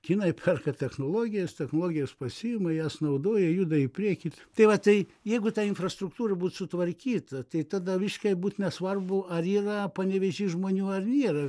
kinai perka technologijas technologijos pasiima jas naudoja juda į priekį tai va tai jeigu ta infrastruktūra būt sutvarkyta tai tada visiškai būt nesvarbu ar yra panevėžy žmonių ar nėra